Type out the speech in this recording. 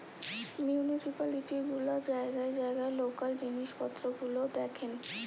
municipality গুলা জায়গায় জায়গায় লোকাল জিনিস পত্র গুলা দেখেন